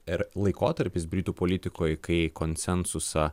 ir laikotarpis britų politikoj kai konsensusą